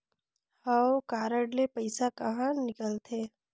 हव कारड ले पइसा कहा निकलथे?